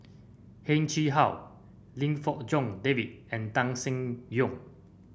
Heng Chee How Lim Fong Jock David and Tan Seng Yong